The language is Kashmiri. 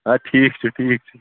ادٕ ٹھیٖک چھُ ٹھیٖک چھُ